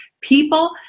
people